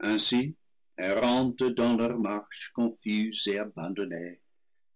ainsi errantes dans leur marche confuse et abandonnée